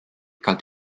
called